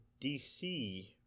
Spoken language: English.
DC